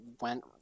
went